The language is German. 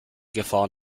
gefahren